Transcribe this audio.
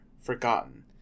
forgotten